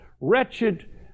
wretched